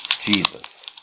Jesus